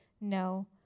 no